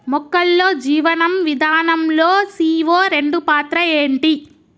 మొక్కల్లో జీవనం విధానం లో సీ.ఓ రెండు పాత్ర ఏంటి?